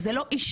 וזה לא אישי,